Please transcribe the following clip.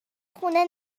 خونه